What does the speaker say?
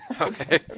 Okay